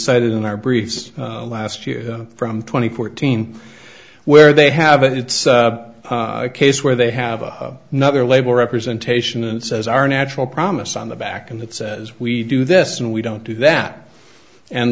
cited in our briefs last year from twenty fourteen where they have it it's a case where they have a nother label representation and it says are natural promise on the back and it says we do this and we don't do that and